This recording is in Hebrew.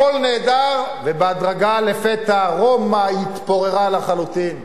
הכול נהדר, ובהדרגה רומא התפוררה לחלוטין.